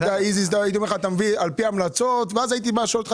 הייתי אומר שאתה מביא על פי המלצות,